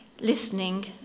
listening